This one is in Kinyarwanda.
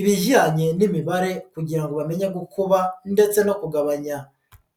ibijyanye n'imibare kugira ngo bamenye gukuba ndetse no kugabanya.